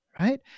right